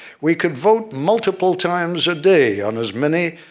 we could vote multiple times a day, on as many,